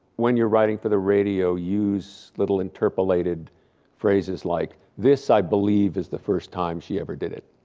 when you're writing for the radio, use little interpolated phrases like, this i believe, is the first time she ever did it.